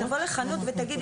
אם אתה תבוא לחנות ותגיד,